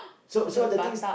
so so the thing is